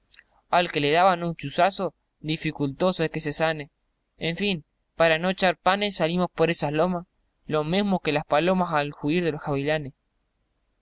al que le daban un chuzazo dificultoso es que sane en fin para no echar panes salimos por esas lomas lo mesmo que las palomas al juir de los gavilanes